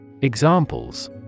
Examples